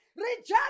Reject